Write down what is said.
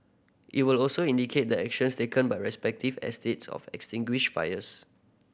it will also indicate the actions taken by respective estates of extinguish fires